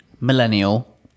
millennial